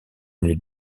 une